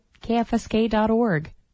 kfsk.org